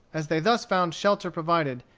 as they thus found shelter provided,